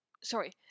Sorry